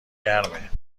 گرمه